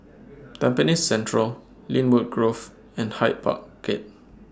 Tampines Central Lynwood Grove and Hyde Park Gate